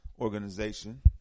organization